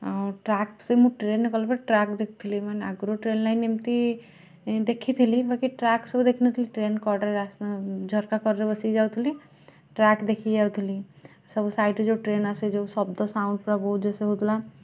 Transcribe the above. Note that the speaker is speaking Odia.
ଆଉ ଟ୍ରାକ୍ ସେ ମୁଁ ଟ୍ରେନ୍ରେ ଗଲା ବେଳେ ଟ୍ରାକ୍ ଦେଖିଥିଲି ମାନେ ଆଗରୁ ଟ୍ରେନ୍ ଲାଇନ୍ ଏମିତି ଦେଖିଥିଲି ବାକି ଟ୍ରାକ୍ ସବୁ ଦେଖି ନଥିଲି ଟ୍ରେନ୍ କଡ଼ରେ ରାସ୍ତା ଝରକା କରରେ ବସିକି ଯାଉଥିଲି ଟ୍ରାକ୍ ଦେଖିକି ଯାଉଥିଲି ସବୁ ସାଇଡ଼୍ରେ ଯେଉଁ ଟ୍ରେନ୍ ଆସେ ଯେଉଁ ଶବ୍ଦ ସାଉଣ୍ଡ୍ ପୁରା ବହୁତ ଜୋରସେ ହଉଥିଲା